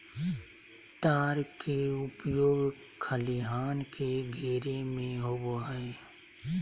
तार के उपयोग खलिहान के घेरे में होबो हइ